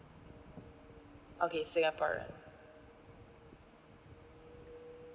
okay singaporean